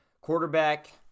quarterback